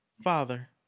Father